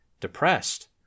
depressed